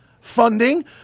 funding